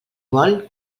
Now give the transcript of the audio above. vol